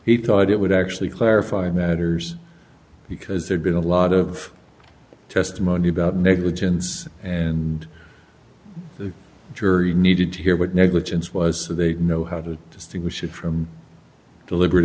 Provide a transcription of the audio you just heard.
he thought it would actually clarify matters because there'd been a lot of testimony about negligence and the jury needed to hear what negligence was so they know how to distinguish it from deliberate